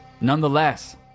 Nonetheless